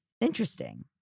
Interesting